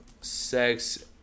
Sex